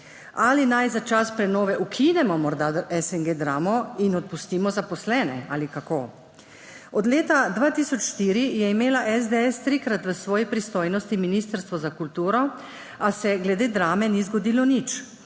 Ali naj za čas prenove ukinemo morda SNG Dramo in odpustimo zaposlene, ali kako? Od leta 2004 je imela SDS trikrat v svoji pristojnosti ministrstvo za kulturo, a se glede Drame ni zgodilo nič.